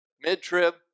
mid-trib